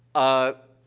ah,